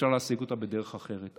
אפשר להשיג אותו בדרך אחרת.